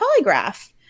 polygraph